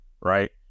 right